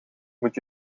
moet